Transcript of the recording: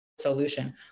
solution